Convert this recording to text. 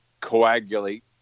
coagulate